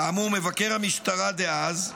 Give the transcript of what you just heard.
כאמור מבקר המשטרה דאז,